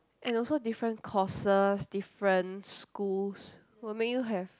and also different courses different schools will make you have